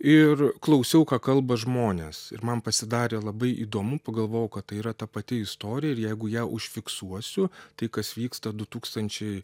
ir klausiau ką kalba žmonės ir man pasidarė labai įdomu pagalvojau kad tai yra ta pati istorija ir jeigu ją užfiksuosiu tai kas vyksta du tūkstančiai